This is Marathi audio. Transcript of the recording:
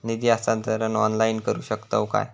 निधी हस्तांतरण ऑनलाइन करू शकतव काय?